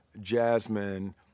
Jasmine